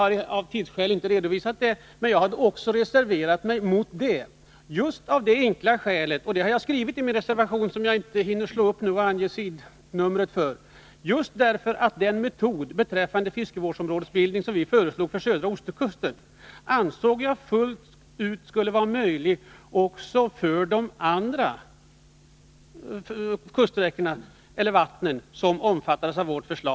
Jag hade reserverat mig också mot detta — jag har av tidsskäl inte redovisat det — just av det enkla skäl som jag anfört i reservationen, att jag ansåg att den metod för fiskevårdsområdesbildning som vi föreslog för södra ostkusten var möjlig fullt ut också för de andra kustvattnen som omfattades av vårt förslag.